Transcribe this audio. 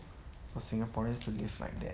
for singaporeans to live like that